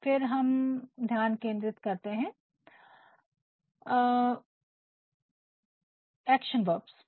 फिर हम ध्यान केंद्रित करते हैं एक्शन वर्ब्स पर